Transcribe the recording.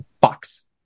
Box